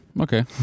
Okay